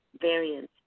variants